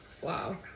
wow